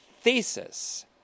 thesis